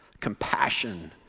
compassion